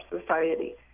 society